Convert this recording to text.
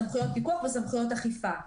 סמכויות פיקוח וסמכויות אכיפה.